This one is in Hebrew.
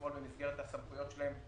לפעול במסגרת הסמכויות שלהם,